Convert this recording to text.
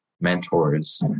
mentors